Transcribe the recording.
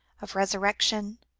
of resurrection,